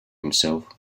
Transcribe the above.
himself